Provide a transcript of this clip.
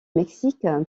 mexique